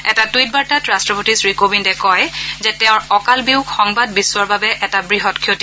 এটা টুইট বাৰ্তাত ৰাট্টপতি শ্ৰী কোৱিন্দে কয় যে তেওঁৰ অকাল বিয়োগ সংবাদ বিশ্বৰ বাবে এটা বৃহৎ ক্ষতি